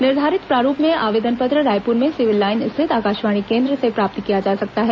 निर्धारित प्रारूप में आवेदन पत्र रायपुर में सिविल लाईन्स स्थित आकाशवाणी केन्द्र से प्राप्त किया जा सकता है